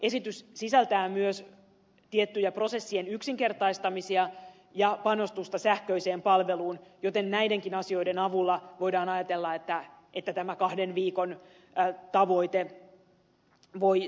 esitys sisältää myös tiettyjen prosessien yksinkertaistamisia ja panostusta sähköiseen palveluun joten voidaan ajatella että näidenkin asioiden avulla tämä kahden viikon tavoite voi toteutua